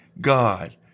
God